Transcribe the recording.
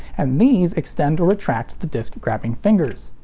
and these extend or retract the disc grabbing fingers.